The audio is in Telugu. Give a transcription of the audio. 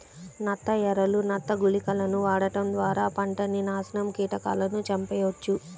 నత్త ఎరలు, నత్త గుళికలను వాడటం ద్వారా పంటని నాశనం కీటకాలను చంపెయ్యొచ్చు